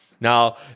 Now